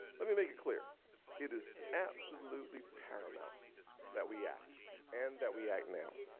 let me make it clear it is absolutely paramount that we act and that we act now.